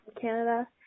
Canada